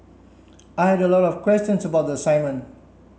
I had a lot of questions about the assignment